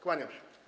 Kłaniam się.